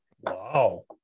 Wow